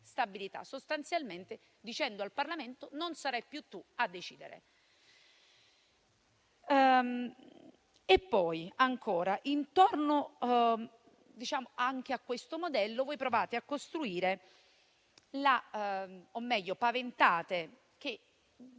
sostanzialmente dicendo al Parlamento: non sarai più tu a decidere.